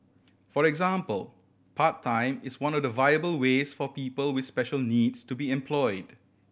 for example part time is one of the viable ways for people with special needs to be employed